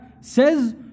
says